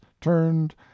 turned